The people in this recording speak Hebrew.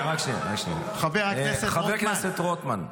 לא, אבל אתה כבר חמש דקות.